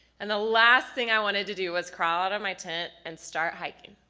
and the last thing i wanted to do was crawl out of my tent, and start hiking.